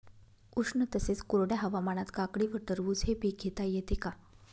उष्ण तसेच कोरड्या हवामानात काकडी व टरबूज हे पीक घेता येते का?